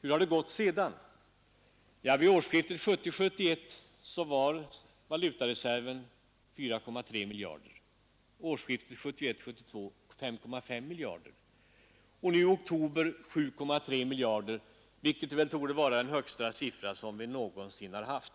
Hur har det gått sedan? Vid årsskiftet 1970—1971 var valutareserven 4,3 miljarder, vid årsskiftet 1971—1972 var den 5,5 miljarder, och nu i oktober var den 7,3 miljarder, vilket torde vara den högsta siffra som vi någonsin har haft.